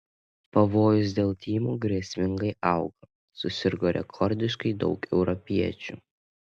pavojus dėl tymų grėsmingai auga susirgo rekordiškai daug europiečių